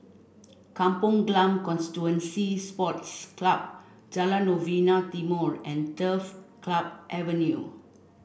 Kampong Glam Constituency Sports Club Jalan Novena Timor and Turf Club Avenue